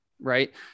right